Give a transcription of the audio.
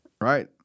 Right